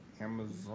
Amazon